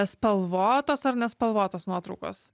spalvotos ar nespalvotos nuotraukos